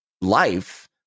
life